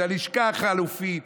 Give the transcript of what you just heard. את הלשכה החלופית,